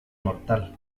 mortal